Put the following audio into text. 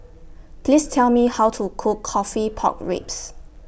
Please Tell Me How to Cook Coffee Pork Ribs